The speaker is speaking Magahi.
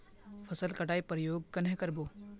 फसल कटाई प्रयोग कन्हे कर बो?